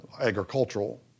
agricultural